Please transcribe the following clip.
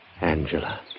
Angela